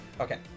Okay